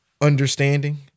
understanding